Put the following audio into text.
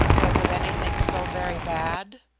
was it anything so very bad?